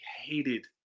hated